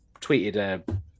tweeted